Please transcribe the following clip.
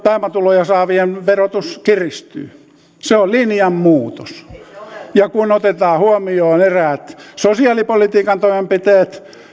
pääomatuloja saavien verotus kiristyy se on linjan muutos kun otetaan huomioon eräät sosiaalipolitiikan toimenpiteet